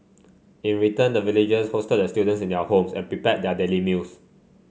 in return the villagers hosted the students in their homes and prepared their daily meals